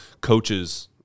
coaches